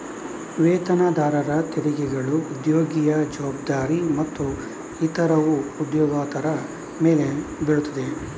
ವೇತನದಾರರ ತೆರಿಗೆಗಳು ಉದ್ಯೋಗಿಯ ಜವಾಬ್ದಾರಿ ಮತ್ತು ಇತರವು ಉದ್ಯೋಗದಾತರ ಮೇಲೆ ಬೀಳುತ್ತವೆ